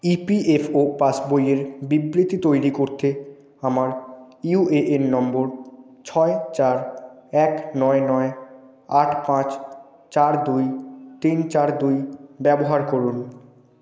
EPFO পাসবইয়ের বিবৃতি তৈরি করতে আমার ইউএএন নম্বর ছয় চার এক নয় নয় আট পাঁচ চার দুই তিন চার দুই ব্যবহার করুন